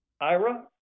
Ira